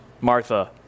Martha